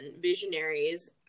visionaries